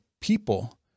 people